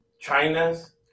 China's